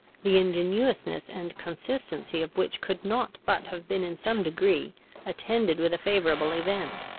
the ingenuousness and consistency of which could not but have been in some degree attended with a favourable event.